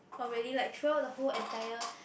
already like throughout the whole entire